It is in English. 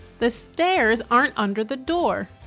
the stairs aren't under the door.